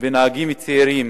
ונהגים צעירים